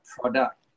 product